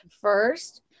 First